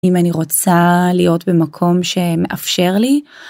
אם אני רוצה להיות במקום שמאפשר לי.